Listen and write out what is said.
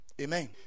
Amen